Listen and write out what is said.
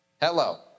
Hello